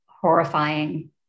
horrifying